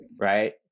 right